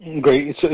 Great